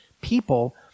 people